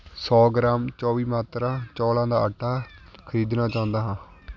ਸੌ ਗ੍ਰਾਮ ਚੌਵੀ ਮੰਤਰਾ ਚੌਲਾਂ ਦਾ ਆਟਾ ਖ਼ਰੀਦਣਾ ਚਾਹੁੰਦਾ ਹਾਂ